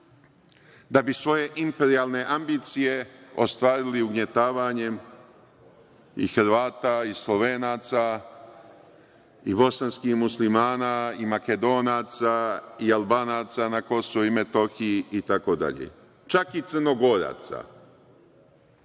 da bi svoje imperijalne ambicije ostvarili ugnjetavanjem i Hrvata i Slovenaca i bosanskih muslimana i Makedonaca i Albanaca na Kosovu i Metohiji itd, čak i Crnogoraca,